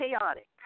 chaotic